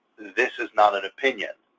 this is not an opinion.